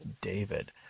David